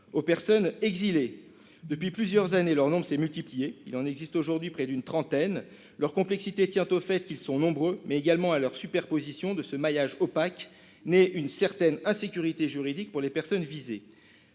aux personnes exilées. Depuis plusieurs années, le nombre de fichiers de ce type s'est multiplié. Il en existe aujourd'hui près d'une trentaine. Leur complexité tient au fait qu'ils sont nombreux, mais également à leur superposition. De ce maillage opaque naît une certaine insécurité juridique pour les personnes visées.